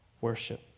worship